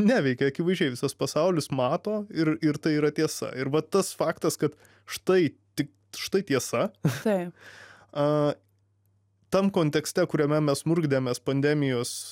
neveikia akivaizdžiai visas pasaulis mato ir ir tai yra tiesa ir va tas faktas kad štai tik štai tiesa tam kontekste kuriame mes murkdėmės pandemijos